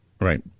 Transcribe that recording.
Right